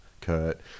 kurt